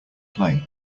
play